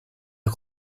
der